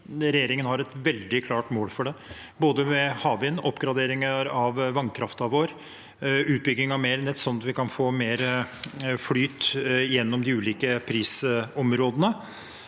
Regjeringen har et veldig klart mål for det med både havvind, oppgraderinger av vannkraften vår, utbygging av mer nett sånn at vi kan få mer flyt gjennom de ulike prisområdene,